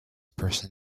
person